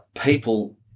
people